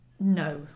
no